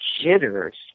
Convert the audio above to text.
Jitters